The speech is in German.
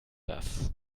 das